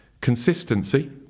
consistency